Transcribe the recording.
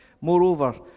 Moreover